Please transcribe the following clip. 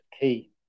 key